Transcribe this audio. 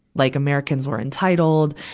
like americans were entitled.